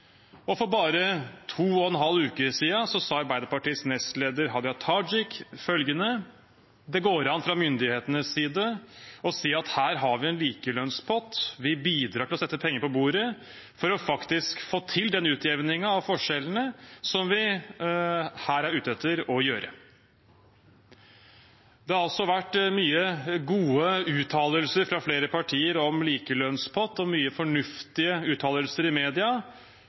For bare to og en halv uke siden sa Arbeiderpartiets nestleder, Hadia Tajik, at det fra myndighetenes side går an å si: Her har vi en likelønnspott, vi bidrar til å legge penger på bordet for faktisk å få til den utjevningen av forskjellene som vi her er ute etter å gjøre. Det har altså vært mange gode uttalelser fra flere partier om likelønnspott og mange fornuftige uttalelser i media.